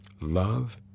love